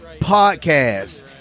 Podcast